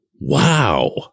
wow